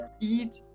eat